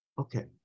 Okay